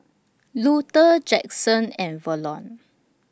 Luther Jaxson and Verlon